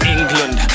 England